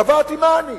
קבעתי מה אני.